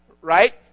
right